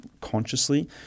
consciously